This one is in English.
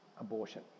abortion